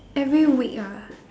every week ah